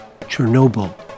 Chernobyl